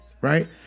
right